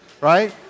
right